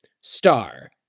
Star